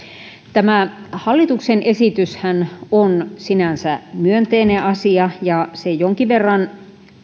hallituksen esityshän on sinänsä myönteinen asia ja se jonkin verran